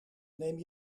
neem